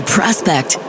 Prospect